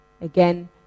Again